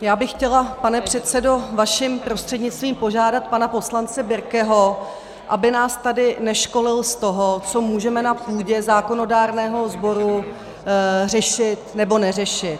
Já bych chtěla, pane předsedo, vaším prostřednictvím požádat pana poslance Birkeho, aby nás tady neškolil z toho, co můžeme na půdě zákonodárného sboru řešit nebo neřešit.